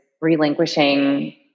relinquishing